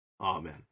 Amen